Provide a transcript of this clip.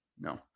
No